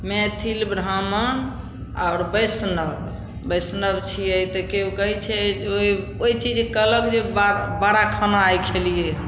मैथिल ब्राह्मण आओर वैष्णव वैष्णव छियै तऽ केओ कहै छै ओहि ओहि चीजके अलग जे बात बड़ा खाना आइ खेलियै हँ